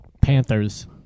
Panthers